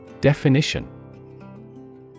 Definition